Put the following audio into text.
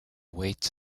weights